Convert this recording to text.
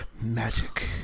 magic